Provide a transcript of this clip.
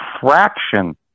fraction